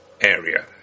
area